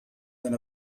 than